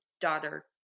daughter